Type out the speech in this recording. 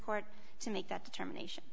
court to make that determination